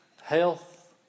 health